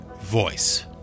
voice